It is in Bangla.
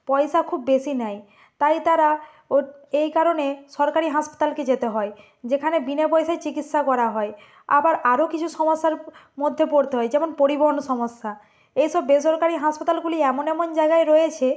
পয়সা খুব বেশি নেয় তাই তারা এই কারণে সরকারি হাসপাতালকে যেতে হয় যেখানে বিনা পয়সায় চিকিৎসা করা হয় আবার আরও কিছু সমস্যার মধ্যে পড়তে হয় যেমন পরিবহন সমস্যা এসব বেসরকারি হাসপাতালগুলি এমন এমন জায়গায় রয়েছে